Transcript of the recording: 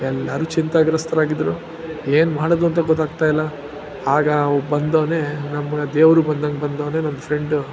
ಎಲ್ಲರೂ ಚಿಂತಾಗ್ರಸ್ತರಾಗಿದ್ದರು ಏನು ಮಾಡೋದು ಅಂತ ಗೊತ್ತಾಗ್ತಾಯಿಲ್ಲ ಆಗ ಅವ ಬಂದವನೇ ನಮ್ಮ ದೇವರು ಬಂದಂಗೆ ಬಂದವನೇ ನನ್ನ ಫ್ರೆಂಡು